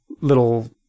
little